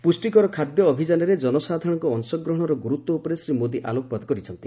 ପୁଷ୍ଟିକର ଖାଦ୍ୟ ଅଭିଯାନରେ ଜନସାଧାରଣଙ୍କ ଅଂଶଗ୍ରହଣର ଗୁରୁତ୍ୱ ଉପରେ ଶ୍ରୀ ମୋଦି ଆଲୋକପାତ କରିଛନ୍ତି